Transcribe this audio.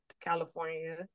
California